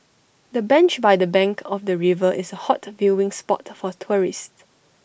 the bench by the bank of the river is A hot viewing spot for tourists